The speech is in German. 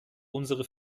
unsere